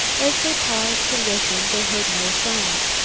as they paused to listen they heard no sound.